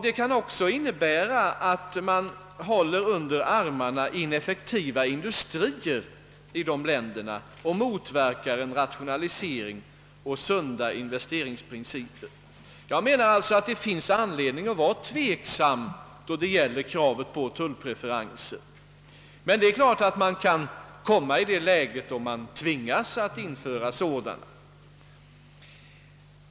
Det kan också innebära att man håller ineffektiva industrier i dessa länder under armarna och motverkar rationalisering och sunda investeringsprinciper. Det finns alltså anledning att vara tveksam när det gäller kravet på tullpreferenser. Men det är klart att man kan komma i ett läge där man tvingas införa sådana.